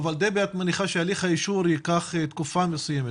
דבי, את מניחה שהליך האישור ייקח תקופה מסוימת.